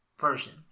version